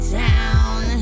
town